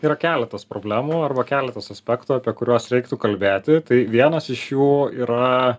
yra keletas problemų arba keletas aspektų apie kuriuos reiktų kalbėti tai vienas iš jų yra